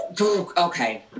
Okay